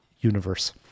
universe